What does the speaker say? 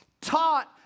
taught